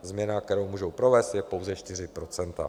Změna, kterou můžou provést, je pouze 4 %.